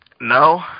No